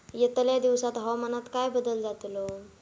यतल्या दिवसात हवामानात काय बदल जातलो?